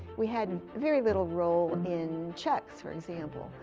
we had very little role in checks, for example.